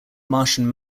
martian